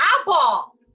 apple